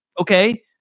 okay